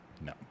No